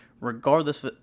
regardless